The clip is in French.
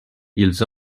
ils